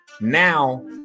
Now